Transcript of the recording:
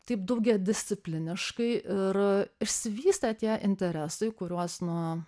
taip daugiadiscipliniškai ir išsivystė tie interesai kuriuos na